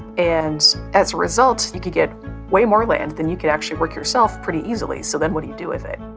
and as a result, you could get way more land than you could actually work yourself pretty easily. so then what do you do with it?